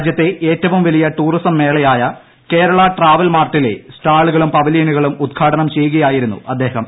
രാജ്യത്തെ ഏറ്റവും വലിയ ടൂറിസം മേളയായ കേരള ട്രാവൽ മാർട്ടിലെ സ്റ്റാളുകളും പവലിയനുകളും ഉദ്ഘാടനം ചെയ്യുകയായിരുന്നു അദ്ദേഹം